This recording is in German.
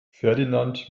ferdinand